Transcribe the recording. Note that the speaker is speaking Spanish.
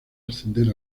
ascender